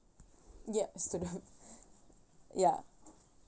ya student ya